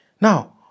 Now